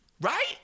right